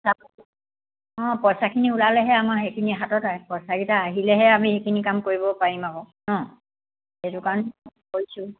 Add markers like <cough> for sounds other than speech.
<unintelligible> অঁ পইচাখিনি ওলালেহে আমাৰ সেইখিনি হাতত আহে পইচাকেইটা আহিলেহে আমি সেইখিনি কাম কৰিব পাৰিম আকৌ ন সেইটো কাৰণে <unintelligible> কৰিছোঁ